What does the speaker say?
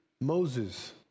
Moses